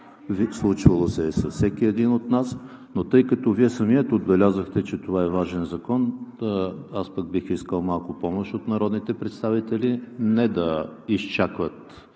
случвало се е с всеки един от нас. Но тъй като самият Вие отбелязахте, че това е важен закон, бих искал малко помощ от народните представители, а не да изчакват